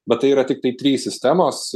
bet tai yra tiktai trys sistemos